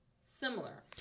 similar